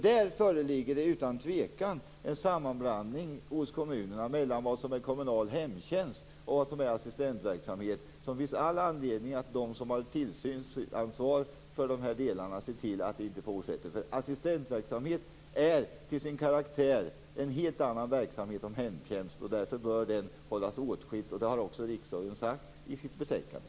Där föreligger det utan tvekan en sammanblandning hos kommunerna mellan vad som kommunal hemtjänst och vad som assistentverksamhet. Det finns all anledning för dem som har tillsynsansvar för detta att se till att det inte fortsätter. Assistentverksamhet är till sin karaktär en helt annan verksamhet än hemtjänst. Därför bör de hållas åtskilda. Det har också riksdagen sagt i sitt betänkande.